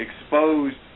exposed